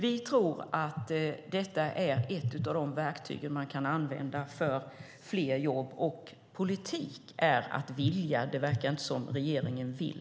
Vi tror att detta är ett av de verktyg som man kan använda för att få fler jobb. Och politik är att vilja, men det verkar inte som om regeringen vill.